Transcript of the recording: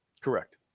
Correct